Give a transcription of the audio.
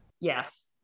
Yes